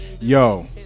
Yo